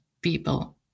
people